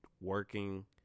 working